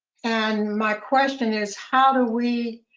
and my question is how do we